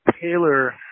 Taylor